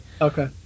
Okay